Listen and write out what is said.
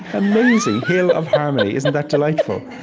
amazing. hill of harmony. isn't that delightful?